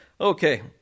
Okay